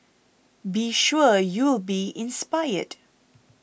be sure you'll be inspired